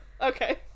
Okay